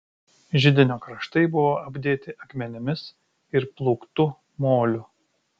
židinio kraštai buvo apdėti akmenimis ir plūktu moliu